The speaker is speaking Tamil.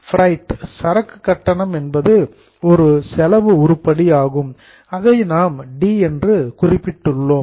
பிரைட் சரக்கு கட்டணம் என்பது ஒரு செலவு உருப்படியாகும் அதை நாம் டி என குறிப்பிட்டுள்ளோம்